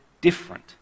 different